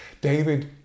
David